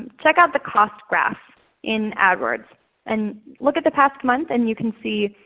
ah check out the cost graph in adwords and look at the past month and you can see,